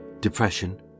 depression